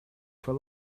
for